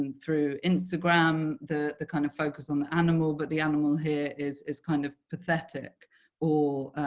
through instagram, the the kind of focus on the animal but the animal here is is kind of pathetic or